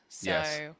Yes